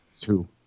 Two